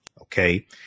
okay